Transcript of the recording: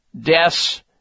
deaths